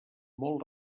molt